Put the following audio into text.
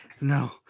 no